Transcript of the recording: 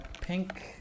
pink